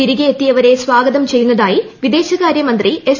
തിരികെയെത്തിയവരെ സ്വാഗതം ചെയ്യുന്നതായി വിദേശ കാര്യ മന്ത്രി എസ്